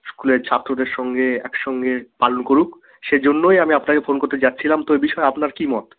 স্কুলের ছাত্রদের সঙ্গে একসঙ্গে পালন করুক সেজন্যই আমি আপনাকে ফোন করতে যাচ্ছিলাম তো এ বিষয়ে আপনার কী মত